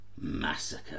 massacre